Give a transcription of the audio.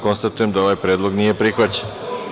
Konstatujem da ovaj predlog nije prihvaćen.